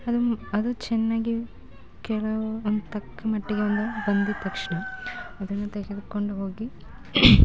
ಅದು ಅದು ಚೆನ್ನಾಗಿ ಕೆಲವು ಒಂದು ತಕ್ಕ ಮಟ್ಟಿಗೆ ಒಂದು ಬಂದ ತಕ್ಷಣ ಅದನ್ನು ತೆಗೆದುಕೊಂಡು ಹೋಗಿ